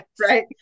right